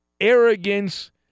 arrogance